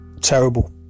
Terrible